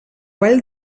vall